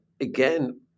again